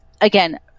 again